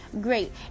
great